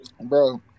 Bro